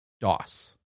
DOS